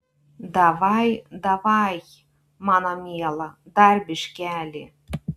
davai davaj mano miela dar biškelį